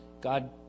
God